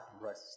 rest